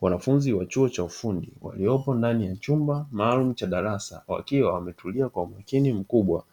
Wanafunzi wa chuo cha ufundi waliopo ndani ya chumba maalumu cha darasa, wakiwa wametulia kwa umakini mkubwa.